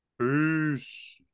Peace